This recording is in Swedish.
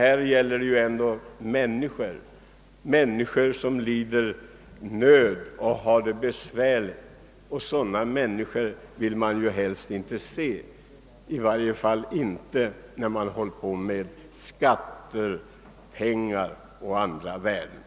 Här gäller det ju människor som lider nöd och har det besvärligt, och sådana människor vill man ju helst inte se, i varje fall inte när man håller på med skatter, pengar och andra värden.